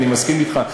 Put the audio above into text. אני מסכים אתך.